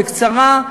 בקצרה,